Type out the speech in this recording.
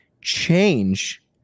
change